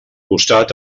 costat